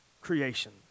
creation